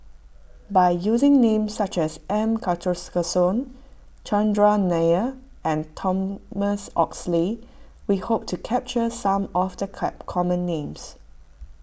by using names such as M Karthigesu Chandran Nair and Thomas Oxley we hope to capture some of the cat common names